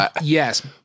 Yes